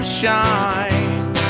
shine